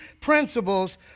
principles